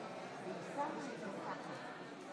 בשעה טובה,